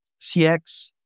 CX